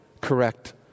Correct